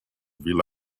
rely